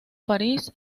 parís